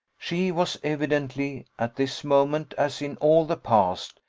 she was evidently, at this moment, as in all the past,